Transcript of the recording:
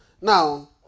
Now